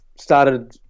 started